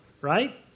Right